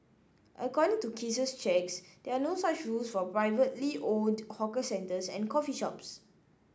according to Case's checks there are no such rules for privately owned hawker centres and coffee shops